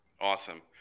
Awesome